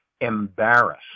embarrass